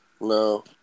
No